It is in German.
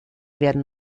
werden